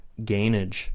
gainage